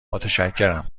متشکرم